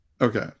okay